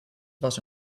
was